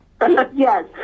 Yes